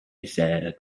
said